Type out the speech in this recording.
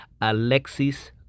Alexis